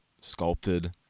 sculpted